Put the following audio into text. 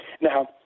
Now